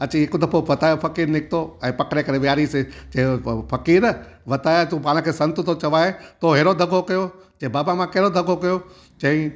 अची हिक दफ़ो वतायो फ़कीर निकितो ऐं पकिड़े करे वेहारियांसि से चयो भाऊ फ़कीर वताये तू पाण खे संत थो चवाये थो हेरो दगो कयो चए बाबा मां कहिड़ो दगो कयो चंई